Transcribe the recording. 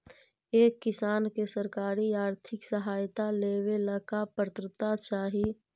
एक किसान के सरकारी आर्थिक सहायता लेवेला का पात्रता चाही?